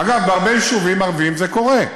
אגב, בהרבה יישובים ערביים זה קורה,